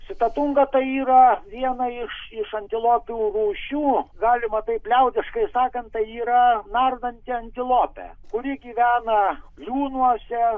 sutatunga tai yra viena iš iš antilopių rūšių galima taip liaudiškai sakant tai yra nardanti antilopė kuri gyvena liūnuose